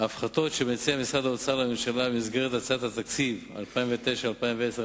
ההפחתות שמציע משרד האוצר לממשלה במסגרת הצעת התקציב 2009 2010,